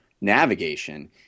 navigation